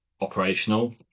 operational